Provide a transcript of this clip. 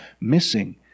missing